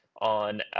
on